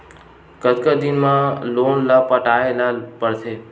कतका दिन मा लोन ला पटाय ला पढ़ते?